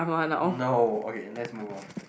no okay let's move on